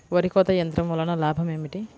వరి కోత యంత్రం వలన లాభం ఏమిటి?